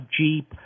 Jeep